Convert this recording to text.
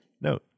No